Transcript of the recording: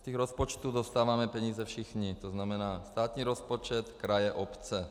Z těch rozpočtů dostáváme peníze všichni, tzn. státní rozpočet, kraje, obce.